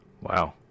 Wow